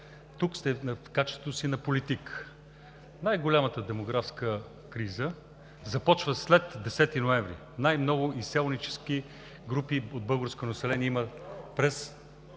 Тук сте в качеството си на политик. Най-голямата демографска криза започва след 10-и ноември – най-много изселнически групи от българско население има през